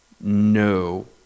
no